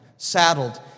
saddled